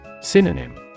Synonym